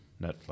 Netflix